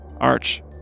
arch